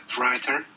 writer